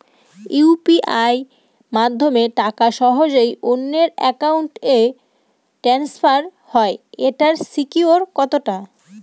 UPI মাধ্যমে টাকা সহজেই অন্যের অ্যাকাউন্ট ই ট্রান্সফার হয় এইটার সিকিউর কত টা?